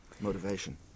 motivation